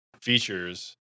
features